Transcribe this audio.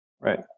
Right